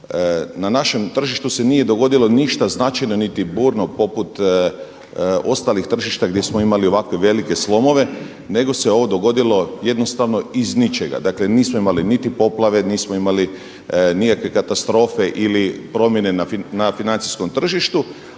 na našem tržištu se nije dogodilo ništa značajno niti burno poput ostalih tržišta gdje smo imali ovakve velike slomove nego se ovo dogodilo jednostavno iz ničega. Dakle nismo imali niti poplave, nismo imali nikakve katastrofe ili promjene na financijskom tržištu,